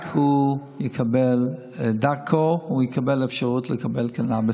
רק דרכו יקבלו אפשרות לקבל קנביס.